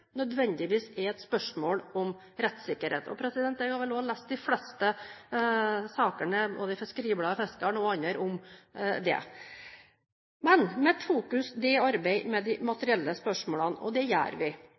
nødvendigvis er et spørsmål om rettssikkerhet. Jeg har vel også lest de fleste sakene både i Fiskeribladet Fiskaren og andre steder om det. Men mitt fokus er å arbeide med de materielle spørsmålene, og det gjør vi.